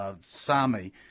Sami